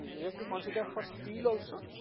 we have to consider for steel also.